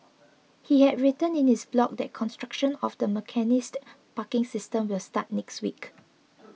he had written in his blog that construction of the mechanised parking system will start next week